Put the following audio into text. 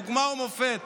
דוגמה ומופת.